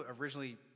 originally